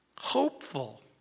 Hopeful